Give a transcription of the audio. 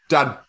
Done